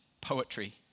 poetry